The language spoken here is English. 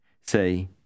Say